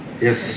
Yes